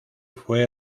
fue